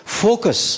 focus